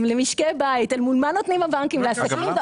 למשקי בית אל מול מה נותנים הבנקים לעסקים,